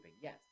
Yes